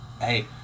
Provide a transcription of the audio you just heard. hey